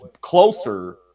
closer